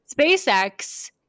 SpaceX